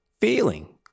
feeling